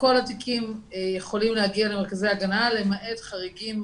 שכל התיקים יכולים להגיע למרכזי הגנה למעט חריגים